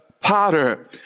potter